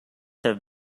have